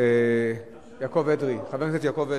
3770 ו-3774.